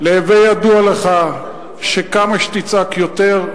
להווי ידוע לך שכמה שתצעק יותר,